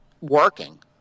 working